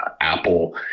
Apple